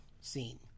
scene